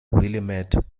willamette